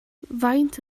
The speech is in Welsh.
faint